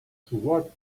toward